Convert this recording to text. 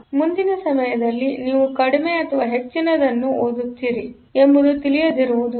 ಆದ್ದರಿಂದ ಮುಂದಿನ ಸಮಯದಲ್ಲಿ ನೀವು ಕಡಿಮೆ ಅಥವಾ ಹೆಚ್ಚಿನದನ್ನು ಓದುತ್ತಿದ್ದೀರಾ ಎಂಬುದು ತಿಳಿಯದಿರುವುದು